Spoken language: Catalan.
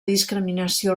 discriminació